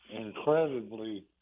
incredibly